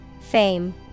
Fame